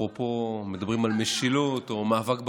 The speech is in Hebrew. אפרופו, מדברים על משילות או מאבק בפשיעה,